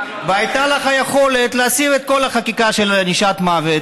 והייתה לך היכולת להסיר את כל החקיקה של ענישת מוות